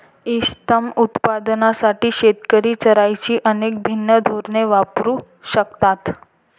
इष्टतम उत्पादनासाठी शेतकरी चराईची अनेक भिन्न धोरणे वापरू शकतात